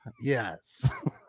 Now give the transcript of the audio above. Yes